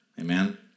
amen